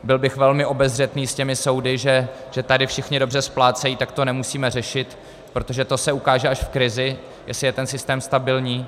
Byl bych velmi obezřetný s těmi soudy, že tady všichni dobře splácejí, tak to nemusíme řešit, protože to se ukáže až v krizi, jestli je ten systém stabilní.